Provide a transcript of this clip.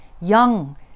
young